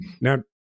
now